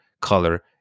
color